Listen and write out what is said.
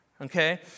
okay